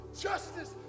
justice